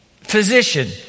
Physician